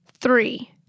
three